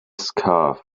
scarf